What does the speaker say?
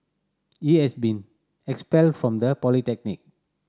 he has been expelled from the polytechnic